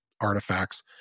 artifacts